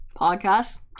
podcast